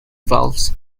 valves